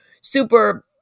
super